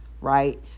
Right